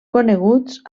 coneguts